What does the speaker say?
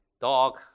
dog